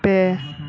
ᱯᱮ